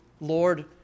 Lord